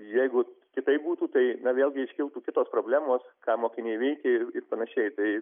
jeigu kitaip būtų tai na vėlgi iškiltų kitos problemos ką mokiniai veikia ir panašiai tai